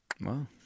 Wow